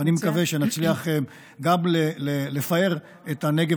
אני מקווה שנצליח גם לפאר את הנגב